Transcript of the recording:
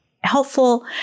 Helpful